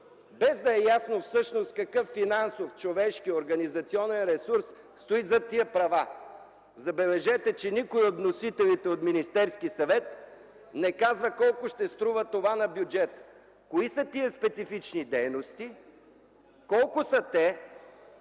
без да е ясно всъщност какъв финансов, човешки, организационен ресурс стои зад тези права. Забележете, че никой от вносителите от Министерския съвет не казва колко ще струва това на бюджета, кои са тези специфични дейности, колко са те,